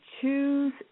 choose